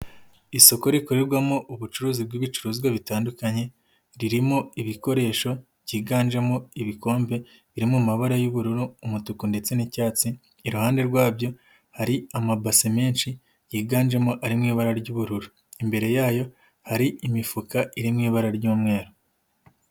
Isoko rikorerwamo ubucuruzi bw'ibicuruzwa bitandukanye, ririmo ibikoresho byiganjemo ibikombe biri mu mabara y'ubururu, umutuku ndetse n'icyatsi, iruhande rwabyo hari amabase menshi yiganjemo ari mu ibara ry'ubururu, imbere yayo hari imifuka iri mu ibara ry'umweru.